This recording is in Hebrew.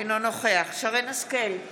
אינו נוכח שרן מרים השכל,